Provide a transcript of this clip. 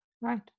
right